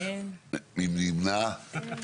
מי נמנע?